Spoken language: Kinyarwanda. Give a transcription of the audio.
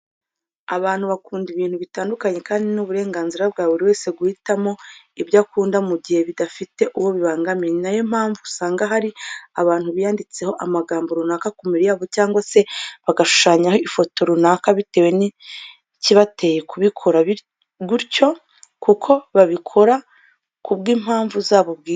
Abantu bakunda ibintu bitandukanye kandi ni uburenganzira bwa buri wese guhitamo ibyo akunda mu gihe bidafite uwo bibangamiye. Ni nayo mpamvu usanga hari abantu biyanditseho amagambo runaka ku mibiri yabo cyangwa se bagashushanyaho ifoto runaka bitewe nikibateye kubikora gutyo kuko babikora ku bw'impamvu zabo bwite.